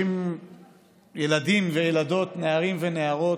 ילדים וילדות, נערים ונערות,